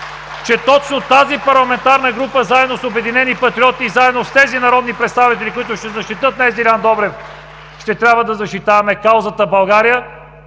че точно тази парламентарна група заедно с „Обединени патриоти“ и с тези народни представители, които ще защитят днес Делян Добрев, ще трябва да защитаваме каузата „България“,